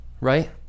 right